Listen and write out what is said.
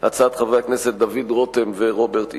הצעת חברי הכנסת דוד רותם ורוברט אילטוב,